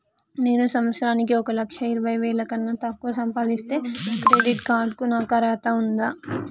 నేను సంవత్సరానికి ఒక లక్ష ఇరవై వేల కన్నా తక్కువ సంపాదిస్తే క్రెడిట్ కార్డ్ కు నాకు అర్హత ఉందా?